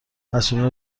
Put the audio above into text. مسئولین